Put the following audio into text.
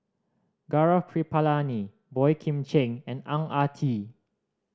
Gaurav Kripalani Boey Kim Cheng and Ang Ah Tee